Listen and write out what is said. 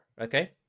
okay